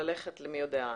וללכת מי יודע לאן.